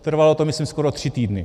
Trvalo to, myslím, skoro tři týdny.